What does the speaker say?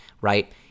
right